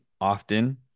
often